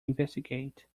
investigate